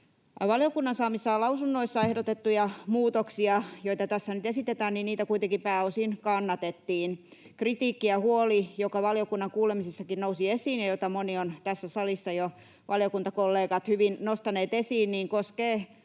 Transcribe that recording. Valiokunnan saamissa lausunnoissa ehdotettuja muutoksia, joita tässä nyt esitetään, kuitenkin pääosin kannatettiin. Kritiikki ja huoli, joka valiokunnan kuulemisissakin nousi esiin ja jota moni valiokuntakollega on tässä salissa jo hyvin nostanut esiin, koskee